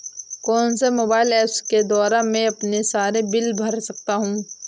कौनसे mobile apps के द्वारा मैं अपने सारे बिल भर सकता हूं?